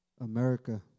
America